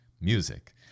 music